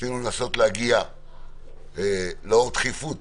לאור דחיפות